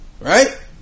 right